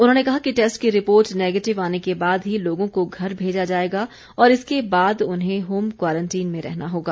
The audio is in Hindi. उन्होंने कहा कि टैस्ट की रिपोर्ट नैगेटिव आने के बाद ही लोगों को घर भेजा जाएगा और इसके बाद उन्हें होम क्वारंटीन में रहना होगा